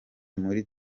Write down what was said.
muri